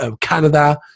Canada